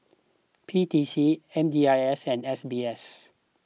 P T C M D I S and S B S